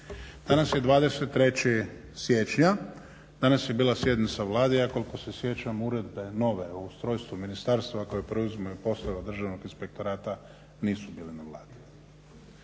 Danas je 23. siječnja, danas je bila sjednica Vlade, ja koliko se sjećam uredbe nove o ustrojstvu ministarstva koje preuzimaju poslove od državnog inspektorata nisu bile na Vladi.